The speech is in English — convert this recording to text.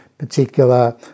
particular